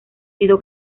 sido